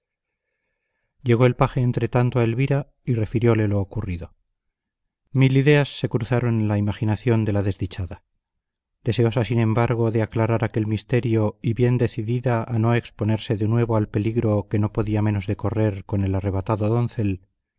llegó el paje entretanto a elvira y refirióle lo ocurrido mil ideas se cruzaron en la imaginación de la desdichada deseosa sin embargo de aclarar aquel misterio y bien decidida a no exponerse de nuevo al peligro que no podía menos de correr con el arrebatado doncel